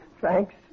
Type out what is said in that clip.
Thanks